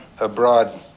abroad